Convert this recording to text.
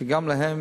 שגם להם